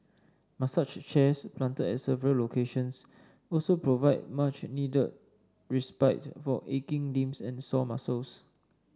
massage chairs planted at several locations also provide much need respite for aching limbs and sore muscles